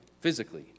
physically